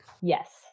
Yes